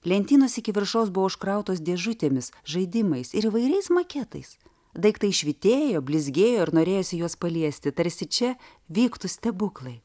lentynos iki viršaus buvo užkrautos dėžutėmis žaidimais ir įvairiais maketais daiktai švytėjo blizgėjo ir norėjosi juos paliesti tarsi čia vyktų stebuklai